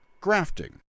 grafting